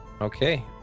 Okay